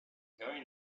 going